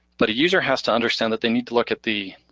but a user has to understand that they need to look at the,